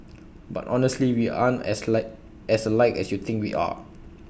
but honestly we aren't as alike as alike as you think we are